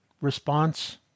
response